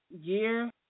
year